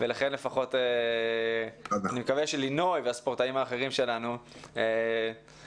אני מקווה שלינוי והספורטאים האחרים שלנו מתכוננים